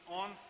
on